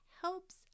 helps